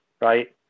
right